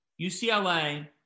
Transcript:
UCLA